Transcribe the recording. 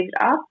up